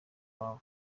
wawe